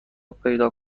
پیدا